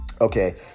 Okay